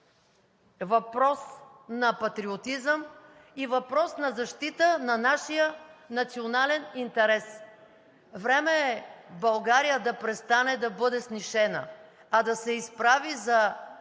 въпрос на патриотизъм и въпрос на защита на нашия национален интерес. Време е България да престане да бъде снишена, а да се изправи за